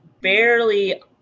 barely